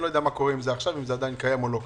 אני לא יודע אם הסעיף הזה קיים או לא.